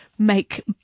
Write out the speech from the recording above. Make